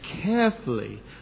carefully